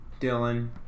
Dylan